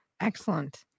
Excellent